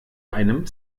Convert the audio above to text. einem